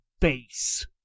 face